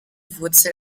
wurzel